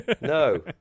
No